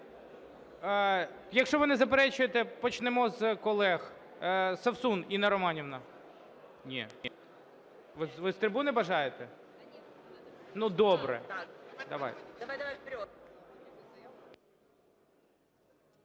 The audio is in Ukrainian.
Якщо ви не заперечуєте, почнемо з колег. Совсун Інна Романівна. Ви з трибуни бажаєте? Ну, добре,